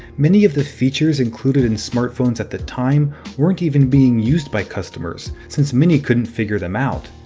many of the features included in smartphones at the time weren't even being used by customers, since many couldn't figure them out.